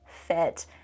fit